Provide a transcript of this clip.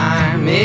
Time